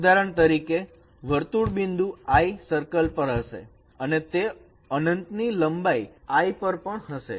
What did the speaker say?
ઉદાહરણ તરીકે વર્તુળ બિંદુ I સર્કલ પર હશે અને તે અનંત ની લાઇન I પર પણ હશે